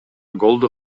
голду